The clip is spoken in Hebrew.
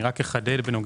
רק אחדד בנוגע